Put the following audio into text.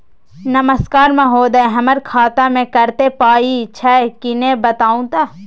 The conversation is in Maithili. नमस्कार महोदय, हमर खाता मे कत्ते पाई छै किन्ने बताऊ त?